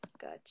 Gotcha